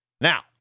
now